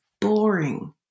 boring